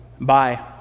Bye